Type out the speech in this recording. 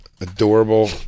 adorable